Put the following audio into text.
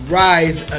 rise